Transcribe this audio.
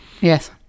Yes